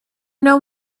know